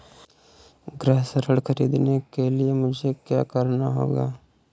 गृह ऋण ख़रीदने के लिए मुझे क्या करना होगा?